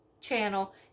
channel